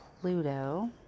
Pluto